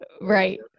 Right